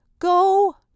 Go